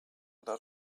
lot